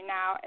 Now